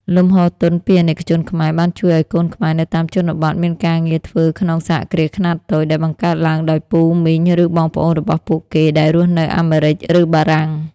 លំហូរទុនពីអាណិកជនខ្មែរ បានជួយឱ្យកូនខ្មែរនៅតាមជនបទមានការងារធ្វើក្នុង "សហគ្រាសខ្នាតតូច" ដែលបង្កើតឡើងដោយពូ មីង ឬបងប្អូនរបស់ពួកគេដែលរស់នៅអាមេរិក ឬបារាំង។